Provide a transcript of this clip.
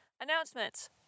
Announcements